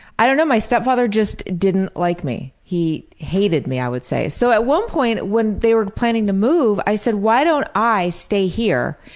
i don't know, my stepfather just didn't like me. he hated me, i would say. so at one point when they were planning to move i said why don't i stay here?